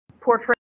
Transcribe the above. Portrait